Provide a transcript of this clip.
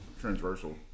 transversal